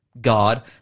God